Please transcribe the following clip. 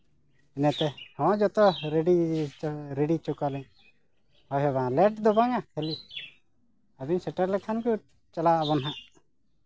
ᱚᱱᱟᱛᱮ ᱦᱳᱭ ᱡᱚᱛᱚ ᱨᱮᱰᱤ ᱨᱮᱰᱤ ᱦᱚᱪᱚ ᱠᱚᱣᱟᱞᱮ ᱞᱮᱴ ᱫᱚ ᱵᱟᱝᱟ ᱠᱷᱟᱹᱞᱤ ᱟᱹᱵᱤᱱ ᱥᱮᱴᱮᱨ ᱞᱮᱠᱷᱟᱱ ᱜᱮ ᱪᱟᱞᱟᱜ ᱟᱵᱚᱱ ᱦᱟᱸᱜ